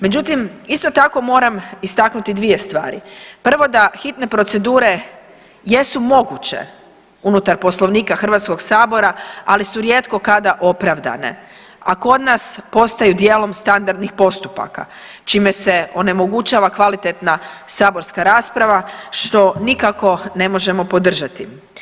Međutim, isto tako moram istaknuti dvije stvari, prvo da hitne procedure jesu moguće unutar poslovnika HS-a, ali su rijetko kada opravdane, a kod nas postaju dijelom standardnih postupaka čime se onemogućava kvalitetna saborska rasprava što nikako ne možemo podržati.